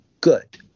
good